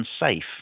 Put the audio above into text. unsafe